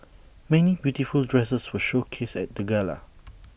many beautiful dresses were showcased at the gala